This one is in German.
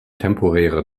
temporäre